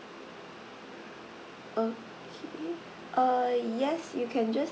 okay uh yes you can just